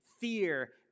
fear